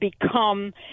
become